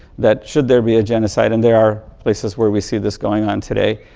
that should there be a genocide and there are places where we see this going on today,